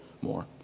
more